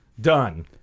Done